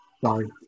Sorry